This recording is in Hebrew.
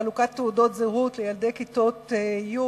חלוקת תעודות זהות לילדי כיתות י'